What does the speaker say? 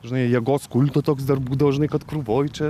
žinai jėgos kulto toks dar būdavo žinai kad krūvoj čia